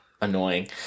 annoying